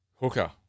hooker